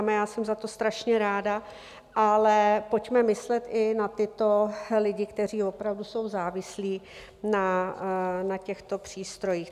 Já jsem za to strašně ráda, ale pojďme myslet i na tyto lidi, kteří opravdu jsou závislí na těchto přístrojích.